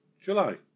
July